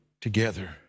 together